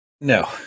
No